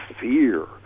fear